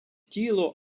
тіло